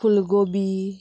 फुलगोबी